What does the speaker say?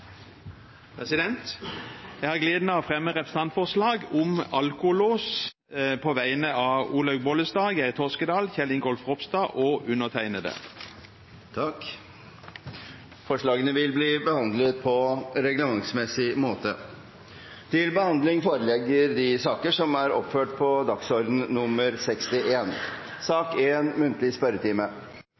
Jeg har gleden av å fremme representantforslag om alkolås på vegne av Olaug V. Bollestad, Geir S. Toskedal, Kjell Ingolf Ropstad og meg selv. Forslagene vil bli behandlet på reglementsmessig måte. Stortinget mottok onsdag 1. april meddelelse fra Statsministerens kontor om at statsminister Erna Solberg vil møte til muntlig spørretime.